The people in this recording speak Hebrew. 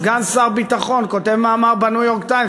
סגן שר הביטחון כותב מאמר ב"ניו-יורק טיימס",